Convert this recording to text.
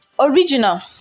original